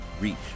reach